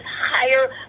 higher